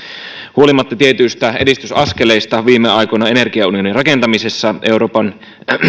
huolimatta tietyistä edistysaskeleista viime aikoina energiaunionin rakentamisessa euroopan